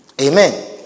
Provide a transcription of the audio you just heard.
Amen